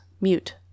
mute